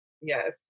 Yes